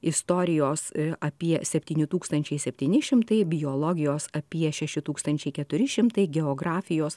istorijos apie septyni tūkstančiai septyni šimtai biologijos apie šeši tūkstančiai keturi šimtai geografijos